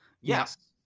Yes